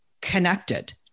connected